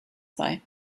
bei